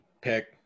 pick